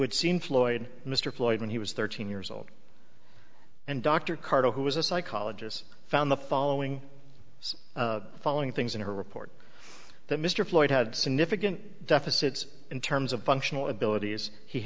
had seen floyd mr floyd when he was thirteen years old and dr carter who is a psychologist found the following following things in her report that mr floyd had significant deficits in terms of functional abilities he